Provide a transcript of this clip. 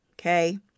okay